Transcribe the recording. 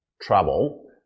trouble